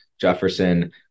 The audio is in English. Jefferson